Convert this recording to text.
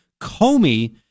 Comey